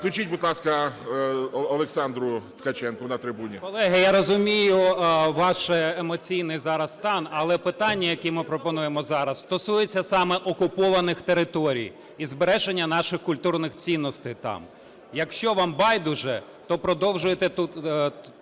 Включіть, будь ласка, Олександру Ткаченку на трибуні. 12:17:07 ТКАЧЕНКО О.В. Колеги, я розумію ваш емоційний зараз стан. Але питання, які ми пропонуємо зараз, стосуються саме окупованих територій і збереження наших культурних цінностей там. Якщо вам байдуже, то продовжуйте ту